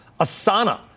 Asana